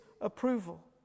approval